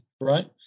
right